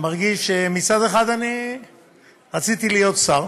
מצד אחד אני רציתי להיות שר.